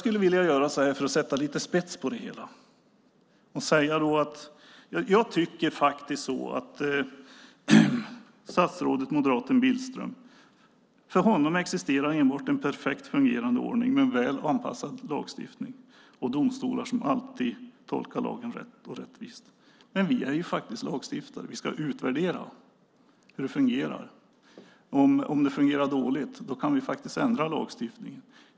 För att sätta lite spets på det hela ska jag säga följande. För statsrådet, moderaten Billström, existerar enbart en perfekt fungerande ordning med en väl anpassad lagstiftning och domstolar som alltid tolkar lagen rätt och rättvist. Men vi är faktiskt lagstiftare. Vi ska utvärdera hur det fungerar. Om det fungerar dåligt kan vi faktiskt ändra lagstiftningen.